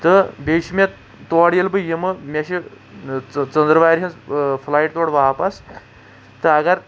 تہٕ بیٚیہِ چھِ مےٚ تورٕ ییلہِ بہٕ یمہٕ مےٚ چھِ ژ ژٔنٛدر وار ہٕنٛز فُلایٹ توٚر واپس تہٕ اگر